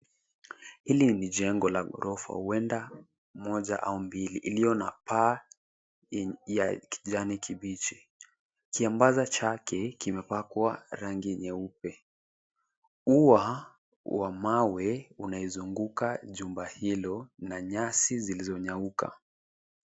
Hili ni jengo la ghorofa huenda moja au mbili iliyo na paa ya kijani kibichi. Kiambaza chake kimepakwa rangi nyeupe. Ua wa mawe unaizunguka jumbo hilo na nyasi zilizonyauka.